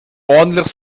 ordentlich